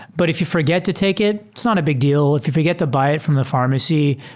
but if you forget to take it, it's not a big deal if you forget to buy it from the pharmacy.